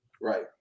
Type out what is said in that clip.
Right